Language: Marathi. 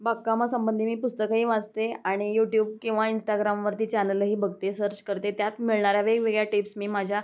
बागकामासंंबंधी मी पुस्तकंही वाचते आहे आणि यूट्यूब किंवा इन्स्टाग्रामवरती चॅनलही बघते आहे सर्च करते आहे त्यात मिळणाऱ्या वेगवेगळ्या टिप्स मी माझ्या